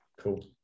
Cool